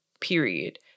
period